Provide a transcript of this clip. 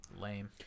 Lame